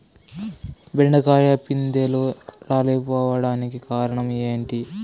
బెండకాయ పిందెలు రాలిపోవడానికి కారణం ఏంటి?